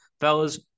Fellas